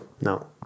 No